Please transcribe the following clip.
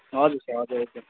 हजुर सर हजुर हजुर